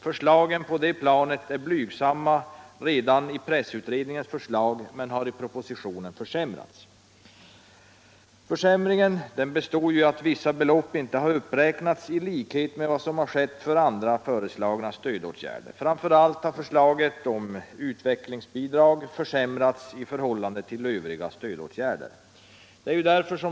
Förslagen på det planet är blygsamma redan i pressutredningen, men har försämrats i propositionen. Försämringen består i att vissa belopp inte har uppräknats i likhet med vad som skett för andra föreslagna stödåtgärder. Framför allt har förslaget om utvecklingsbidrag försämrats i förhållande till övriga stödåtgärder.